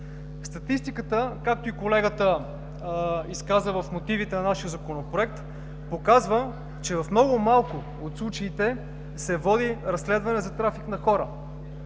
Статистиката, както и колегата изказа в мотивите на нашия Законопроект, показва, че в много малко от случаите се води разследване за трафик на хора.